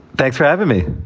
thanks for having me.